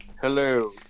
Hello